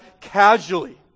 casually